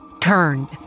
turned